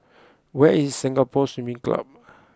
where is Singapore Swimming Club